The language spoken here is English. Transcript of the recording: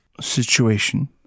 situation